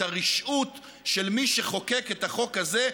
את הרשעות של מי שחוקק את החוק הזה,